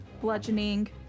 bludgeoning